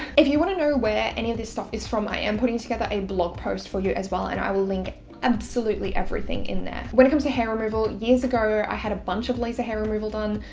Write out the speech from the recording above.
if you want to know where any of this stuff is from, i am putting together a blog post for you as well, and i will link absolutely everything in there. when it comes to hair removal, years ago i had a bunch of laser hair removal done.